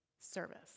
service